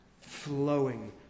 flowing